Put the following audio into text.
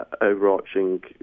overarching